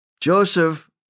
Joseph